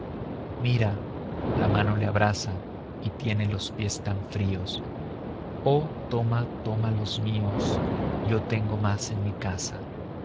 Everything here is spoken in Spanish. mira la mano le abrasa y tiene los pies tan fríos oh toma toma los míos yo tengo más en mi casa